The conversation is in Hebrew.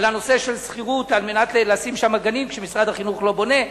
בנושא של שכירות על מנת לפתוח גנים כשמשרד החינוך לא בונה.